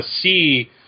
see